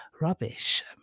rubbish